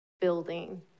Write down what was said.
building